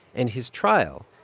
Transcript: and his trial,